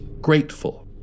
grateful